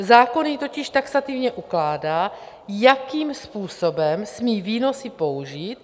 Zákon jí totiž taxativně ukládá, jakým způsobem smí výnosy použít.